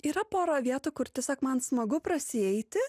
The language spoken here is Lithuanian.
yra pora vietų kur tiesiog man smagu prasieiti